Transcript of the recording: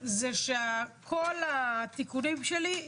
שניים-שלושה דברים טכניים.